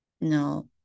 no